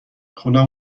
خونه